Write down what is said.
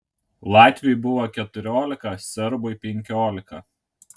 latviui buvo keturiolika serbui penkiolika